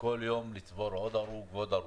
כל יום לצבור עוד הרוג ועוד הרוג.